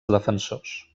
defensors